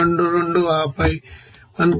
22 ఆపై 1